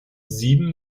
sieben